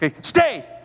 Stay